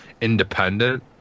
independent